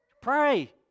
pray